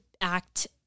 act